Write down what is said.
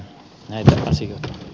arvoisa puhemies